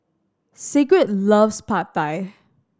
Sigrid loves Pad Thai